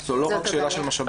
אדוני, זה לא רק שאלה של משאבים.